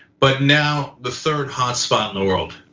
but now the third hot spot in the world,